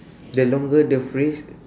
the longer the phrase